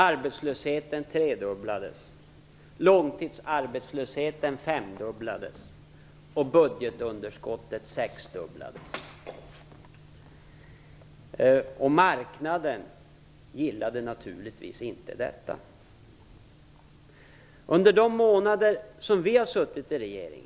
Arbetslösheten tredubblades, långtidsarbetslösheten femdubblades och budgetunderskottet sexdubblades. Marknaden gillade naturligtvis inte detta. Under de månader som vi har varit i regeringställning